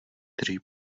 kteří